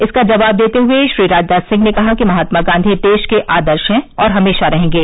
इसका जवाब देते हुए श्री राजनाथ सिंह ने कहा कि महात्मा गांधी देश के आदर्श है और हमेशा रहेंगे